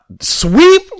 Sweep